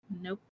Nope